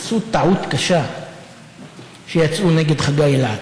עשו טעות קשה שיצאו נגד חגי אלעד.